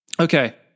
Okay